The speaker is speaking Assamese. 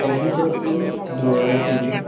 পঁচিশ এপ্ৰিল দুহেজাৰ তিনি